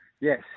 Yes